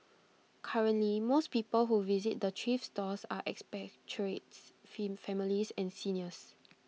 currently most people who visit the thrift stores are expatriates fin families and seniors